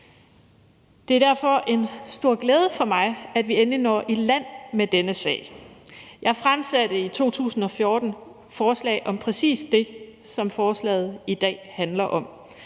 Det er derfor en stor glæde for mig, at vi endelig når i land med denne sag. Jeg fremsatte i 2014 et forslag om præcis det, som forslaget i dag handler om: